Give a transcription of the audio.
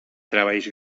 treballs